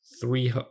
three